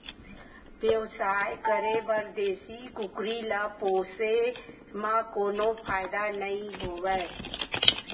बेवसाय करे बर देसी कुकरी ल पोसे म कोनो फायदा नइ होवय